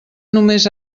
només